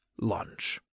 lunch